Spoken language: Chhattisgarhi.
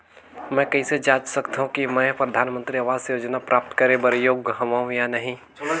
मैं कइसे जांच सकथव कि मैं परधानमंतरी आवास योजना प्राप्त करे बर योग्य हववं या नहीं?